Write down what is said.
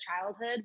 childhood